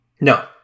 No